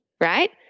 right